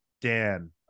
Dan